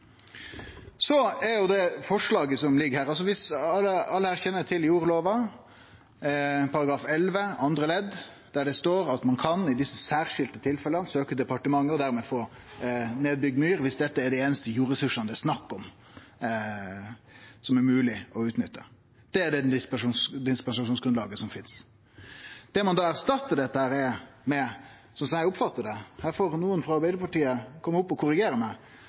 Så til det forslaget som ligg her: Alle her kjenner til jordlova, § 11 andre ledd, der det står at ein i desse særskilte tilfella kan søkje hos departementet og dermed få byggje ned myr viss dette er dei einaste jordressursane det er snakk om er mogleg å utnytte. Det er det dispensasjonsgrunnlaget som finst. Det ein da erstattar dette med, slik eg oppfattar det – her får eventuelt nokon frå Arbeidarpartiet kome opp og korrigere meg